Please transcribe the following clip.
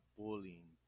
bullying